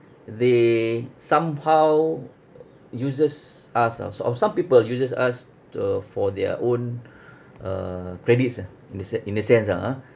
they somehow uses us of of some people uses us to for their own uh credits ah in the se~ in the sense a'ah